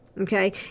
Okay